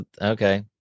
okay